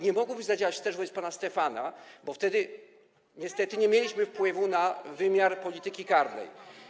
nie mogłaby zadziałać wstecz, wobec pana Stefana, a wtedy niestety nie mieliśmy wpływu na wymiar polityki karnej.